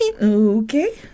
okay